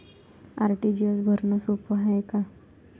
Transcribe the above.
RTGS भरनं सोप हाय का?